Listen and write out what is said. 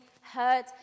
hurt